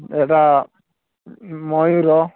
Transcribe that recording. ଏଇଟା ମୟୂର